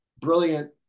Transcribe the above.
brilliant